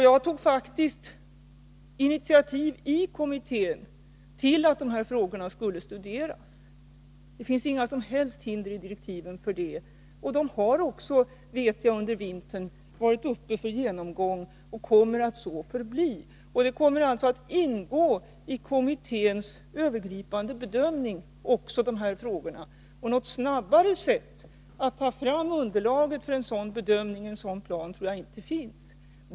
Jag tog faktiskt initiativ i kommittén till att dessa frågor skulle studeras. Det finns inga som helst hinder i direktiven för det, och jag vet att de frågorna under vintern också varit uppe till genomgång och kommer att så förbli. Också de här frågorna kommer alltså att ingå i kommitténs övergripande bedömning. Något snabbare sätt att ta fram underlaget för en sådan bedömning och en sådan plan tror jag inte finns.